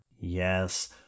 Yes